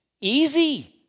easy